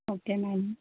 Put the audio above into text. okay madam